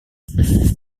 elle